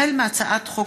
החל בהצעת חוק